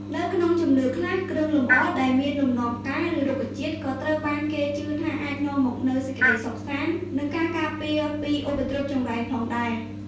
នៅក្នុងជំនឿខ្លះ គ្រឿងលម្អដែលមានលំនាំផ្កា ឬរុក្ខជាតិ ក៏ត្រូវបានគេជឿថាអាចនាំមកនូវ សេចក្តីសុខសាន្ត និងការការពារ ពីឧបទ្រពចង្រៃផងដែរ។